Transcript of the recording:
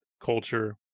culture